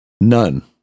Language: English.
none